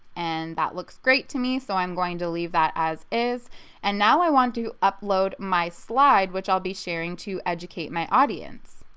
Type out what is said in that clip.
and that looks great to me so i'm going to leave that as is and now i want to upload my slide which i'll be sharing to educate my audience.